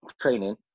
training